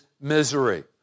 misery